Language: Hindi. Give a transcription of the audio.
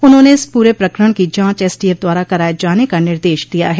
उन्होंने इस पूरे प्रकरण की जांच एसटीएफ द्वारा कराये जाने का निर्देश दिया है